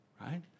right